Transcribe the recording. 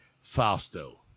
Fausto